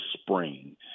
spring